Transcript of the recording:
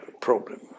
problem